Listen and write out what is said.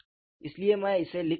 इसलिए मैं इसे लिख सकता था